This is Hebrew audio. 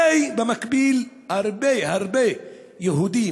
הרי במקביל הרבה הרבה יהודים,